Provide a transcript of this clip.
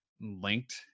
linked